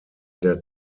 der